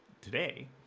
today